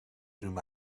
through